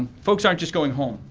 folks aren't just going home.